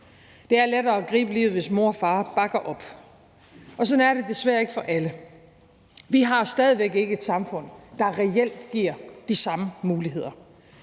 Det er lettere at gribe livet, hvis mor og far bakker op, og sådan er det desværre ikke for alle. Vi har stadig væk ikke et samfund, der reelt giver de samme muligheder